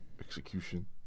execution